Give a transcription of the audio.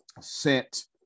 sent